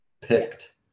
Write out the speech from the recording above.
picked